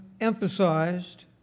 emphasized